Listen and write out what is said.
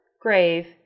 grave